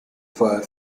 fire